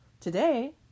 today